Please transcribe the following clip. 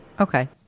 Okay